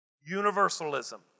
Universalism